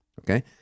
okay